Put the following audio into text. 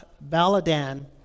Baladan